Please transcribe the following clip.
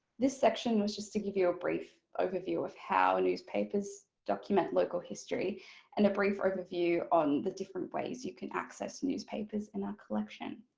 this section was just to give you a brief overview of how newspapers document local history and a brief overview on the different ways you can access newspapers in our collection.